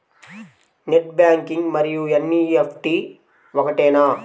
Net banking మరియు NEFT ఒకటేనా?